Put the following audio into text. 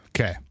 Okay